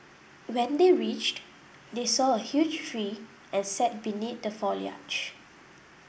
when they reached they saw a huge tree and sat beneath the foliage